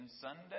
Sunday